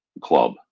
club